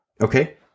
Okay